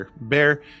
bear